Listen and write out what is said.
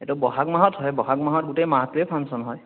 এইটো বহাগ মাহত হয় বহাগ মাহত গোটে মাহটোৱে ফাংচন হয়